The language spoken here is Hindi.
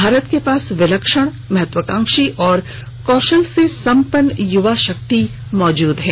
भारत के पास विलक्षण महत्वाकांक्षा और कौशल से सम्पन्न युवा शाक्ति मौजूद है